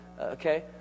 Okay